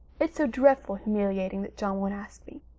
it's so dreadful humiliating that john won't ask me.